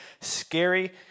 scary